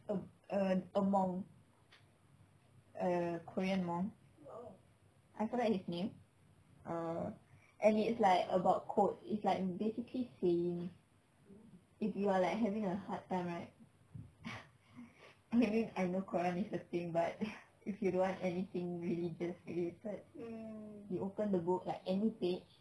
err a monk a korean monk I forget his name err and it's like about quotes it's like basicly saying if you are like having a hard time right I mean I know quran is the thing but if you don't want anything religious related you open the book like any page